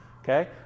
Okay